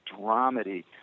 dramedy